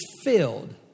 filled